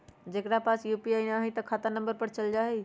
जेकरा पास यू.पी.आई न है त खाता नं पर चल जाह ई?